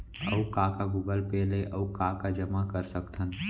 अऊ का का गूगल पे ले अऊ का का जामा कर सकथन?